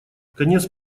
конец